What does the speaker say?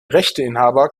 rechteinhaber